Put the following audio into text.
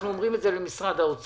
אנחנו אומרים את זה למשרד האוצר,